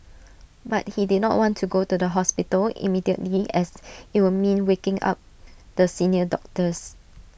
but he did not want to go to the hospital immediately as IT would mean waking up the senior doctors